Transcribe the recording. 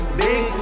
big